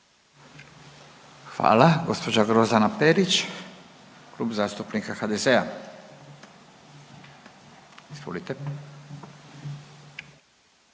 Hvala. Gospođa Grozdana Perić, Klub zastupnika HDZ-a. Izvolite.